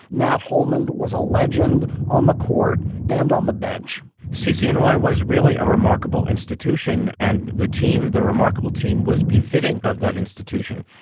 nat holman, was a legend on the court and on the bench ccny was really a remarkable institution and the team the remarkable team was befitting of that institution.